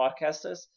podcasters